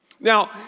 Now